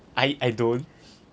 I I don't